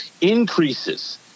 increases